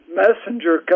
messenger